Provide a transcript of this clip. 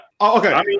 okay